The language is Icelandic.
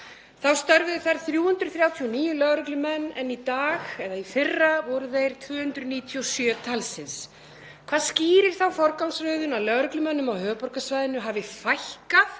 Þá störfuðu þar 339 lögreglumenn en í dag eða í fyrra voru þeir 297 talsins. Hvað skýrir þá forgangsröðun að lögreglumönnum á höfuðborgarsvæðinu hafi fækkað